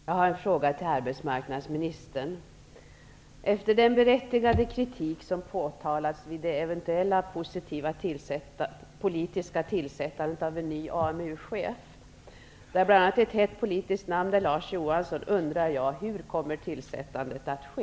Fru talman! Jag har en fråga till arbetsmarknadsministern. Efter den berättigade kritik som har framförts angående det eventuellt politiska tillsättandet av en ny AMU-chef -- ett hett namn är bl.a. Larz Johansson -- undrar jag: Hur kommer tillsättandet att ske?